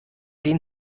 den